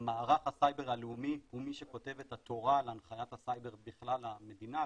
מערך הסייבר הלאומי הוא מי שכותב את התורה להנחיית הסייבר בכלל המדינה,